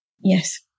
Yes